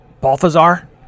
Balthazar